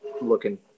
looking –